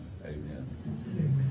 Amen